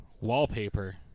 wallpaper